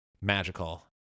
Magical